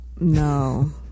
No